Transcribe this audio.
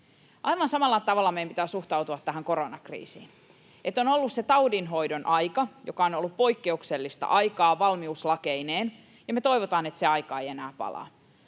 Aivan samalla tavalla meidän pitää suhtautua tähän koronakriisiin: että on ollut se taudin hoidon aika, joka on ollut poikkeuksellista aikaa valmiuslakeineen, ja me toivotaan, että se aika ei enää palaa.